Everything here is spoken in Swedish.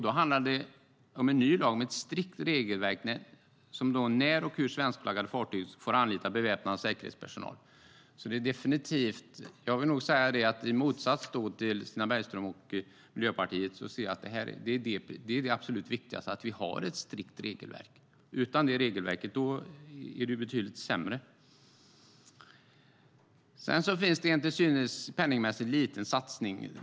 Då handlade det om en ny lag, om ett strikt regelverk för när och hur svenskflaggade fartyg får anlita beväpnad säkerhetspersonal. Jag vill nog säga, i motsats till Stina Bergström och Miljöpartiet, att jag ser ett strikt regelverk som det absolut viktigaste. Utan det regelverket är det betydligt sämre. Sedan finns det en till synes penningmässigt liten satsning.